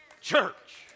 Church